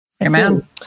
Amen